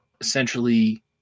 essentially